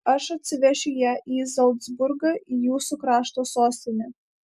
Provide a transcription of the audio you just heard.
aš atsivešiu ją į zalcburgą į jūsų krašto sostinę